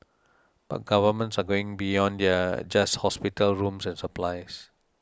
but governments are going beyond just hospital rooms and supplies